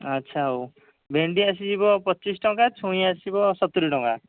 ଆଚ୍ଛା ହଉ ଭେଣ୍ଡି ଆସିଯିବ ପଚିଶ ଟଙ୍କା ଛୁଇଁ ଆସିବ ସତୁରୀ ଟଙ୍କା